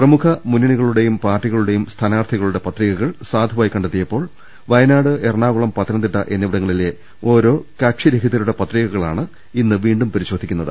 പ്രമുഖ മുന്നണികളുടെയും പാർട്ടികളുടെയും സ്ഥാനാർത്ഥികളുടെ പത്രികകൾ സാധുവായി കണ്ടെത്തിയപ്പോൾ വയനാട് എറണാകുളം പത്തനംതിട്ട എന്നി വിടങ്ങളിലെ ഓരോ കക്ഷിരഹിതരുടെ പത്രികകളാണ് ഇന്ന് വീണ്ടും പരി ശോധിക്കുന്നത്